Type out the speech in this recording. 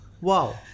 Wow